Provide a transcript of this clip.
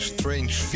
Strange